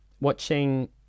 watching